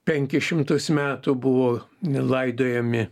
penkis šimtus metų buvo laidojami